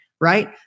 right